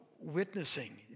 Witnessing